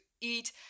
eat